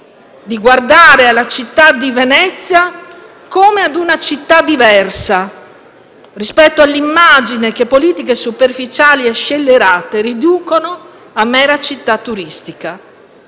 di guardare alla città di Venezia come ad una città diversa, rispetto all'immagine che politiche superficiali e scellerate riducono a mera città turistica,